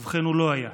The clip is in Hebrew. ובכן, הוא לא היה.